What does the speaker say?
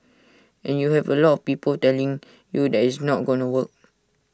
and you have A lot of people telling you that it's not gonna work